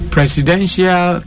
Presidential